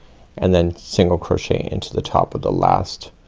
and then single crochet into the top of the last,